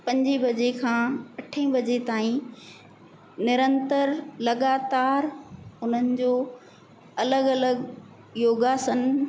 पंजें बजे खां अठें बजे ताईं निरंतर लॻातार उन्हनि जो अलॻि अलॻि योगासन